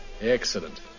Excellent